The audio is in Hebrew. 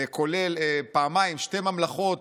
כולל פעמיים, שתי ממלכות,